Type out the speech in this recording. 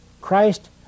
Christ